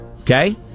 Okay